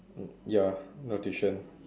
ya no tuition